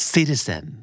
Citizen